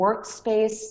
workspace